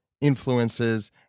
influences